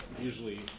usually